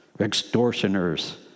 extortioners